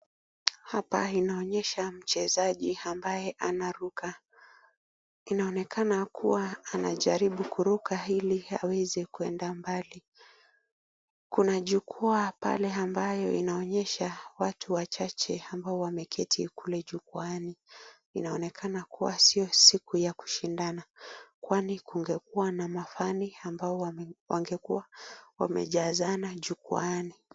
Hapa inaonyesha mchezaji ambaye anaruka inaonekana kuwa anajaribu kuruka ili aweze kwenda mbali kuna jukwaa pale ambayo inaonyesha watu wachache ambao wameketi kule jukwaani. Inaonekana kuwa sio siku ya kushindana kwani kungekuwa na mafani ambao wangekuwa wamejazana jukwaani.